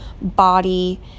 body